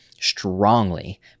strongly